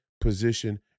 position